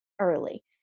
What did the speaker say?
early